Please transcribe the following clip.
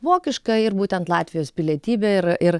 vokišką ir būtent latvijos pilietybę ir ir